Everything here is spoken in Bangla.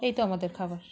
এই তো আমাদের খাবার